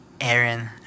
Aaron